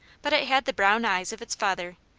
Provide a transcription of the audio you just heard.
but it had the brown eyes of its father,